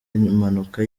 impanuka